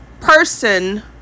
person